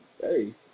Hey